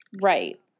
right